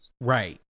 right